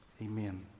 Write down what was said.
Amen